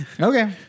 Okay